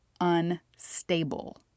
unstable